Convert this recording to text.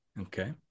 Okay